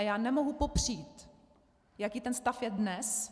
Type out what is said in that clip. A já nemohu popřít, jaký ten stav je dnes.